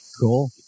Cool